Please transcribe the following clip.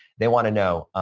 they want to know,